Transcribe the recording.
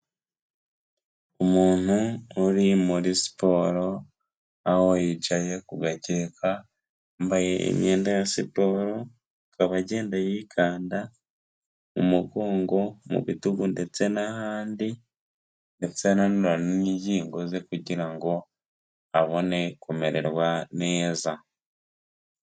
Umuntu uri muri siporo, aho yicaye ku gakeka, yambaye imyenda ya siporo, akaba agenda yikanda mu mugongo, mu bitugu ndetse n'ahandi ndetse n'ingingo ze kugira ngo abone kumererwa neza.